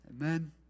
Amen